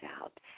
out